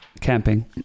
camping